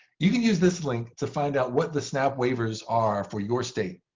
you can use this link to find out what the snap waivers are for your state.